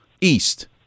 East